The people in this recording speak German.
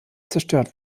zerstört